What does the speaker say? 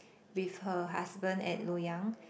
with her husband at Loyang